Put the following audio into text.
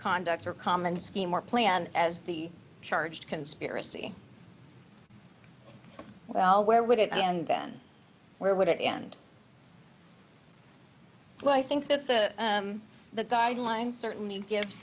conduct or common scheme or plan as the charge conspiracy well where would it end then where would it end well i think that the the guidelines certainly give